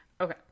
Okay